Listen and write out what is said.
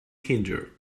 hinder